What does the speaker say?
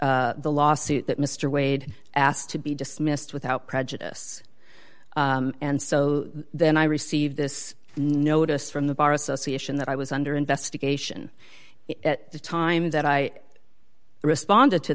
the lawsuit that mr wade asked to be dismissed without prejudice and so then i received this notice from the bar association that i was under investigation at the time that i responded to